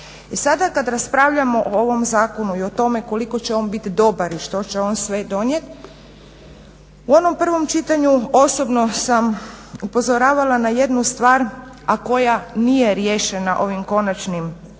sada kad raspravljamo o ovom zakonu i o tome koliko će on biti dobar i što će on sve donijeti, u onom prvom čitanju osobno sam upozoravala na jednu stvar, a koja nije riješena ovim konačnim